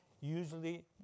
usually